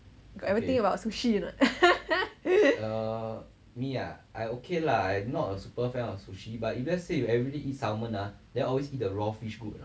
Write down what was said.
got ever think about sushi or not